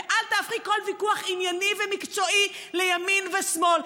ואל תהפכי כל ויכוח ענייני ומקצועי לימין ושמאל.